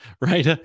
right